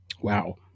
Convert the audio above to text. Wow